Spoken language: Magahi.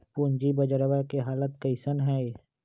पूंजी बजरवा के हालत कैसन है?